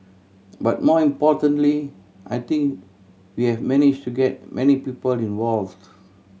but more importantly I think we have managed to get many people involved